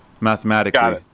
mathematically